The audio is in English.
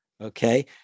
okay